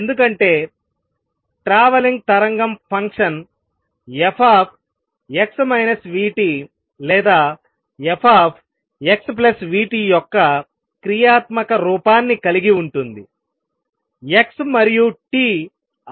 ఎందుకంటే ట్రావెలింగ్ తరంగం function fx vt లేదా fxvt యొక్క క్రియాత్మక రూపాన్ని కలిగి ఉంటుందిx మరియు t ఆ కలయికలో వస్తాయి